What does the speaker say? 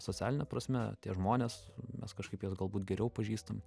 socialine prasme tie žmonės mes kažkaip juos galbūt geriau pažįstam